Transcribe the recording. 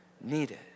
needed